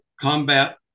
combat